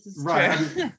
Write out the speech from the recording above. Right